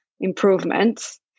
improvements